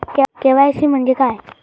KYC म्हणजे काय?